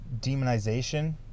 demonization